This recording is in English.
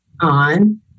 on